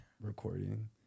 recording